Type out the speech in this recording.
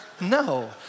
No